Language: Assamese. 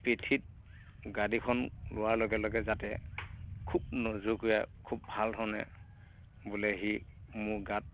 পিঠিত গাড়ীখন লোৱাৰ লগে লগে যাতে খুব নুঝুকে খুব ভাল ধৰণে বোলে সি মোৰ গাত